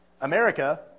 America